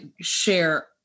share